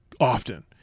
often